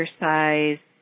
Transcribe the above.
exercise